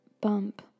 bump